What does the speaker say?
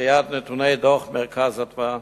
מקריאת נתוני דוח "מרכז אדוה"